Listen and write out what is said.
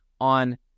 on